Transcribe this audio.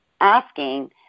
asking